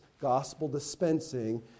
gospel-dispensing